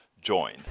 join